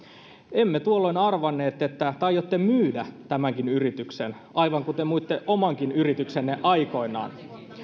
emme tuolloin arvanneet että te aiotte myydä tämänkin yrityksen aivan kuten myitte omankin yrityksenne aikoinaan